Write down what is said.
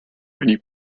ready